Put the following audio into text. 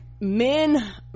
men